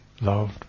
loved